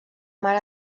mar